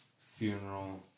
Funeral